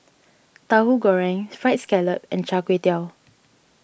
Tauhu Goreng Fried Scallop and Char Kway Teow